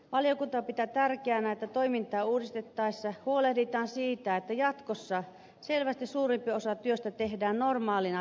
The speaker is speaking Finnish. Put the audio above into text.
valiokunta pitää tärkeänä että toimintaa uudistettaessa huolehditaan siitä että jatkossa selvästi suurempi osa työstä tehdään normaalina virkatyönä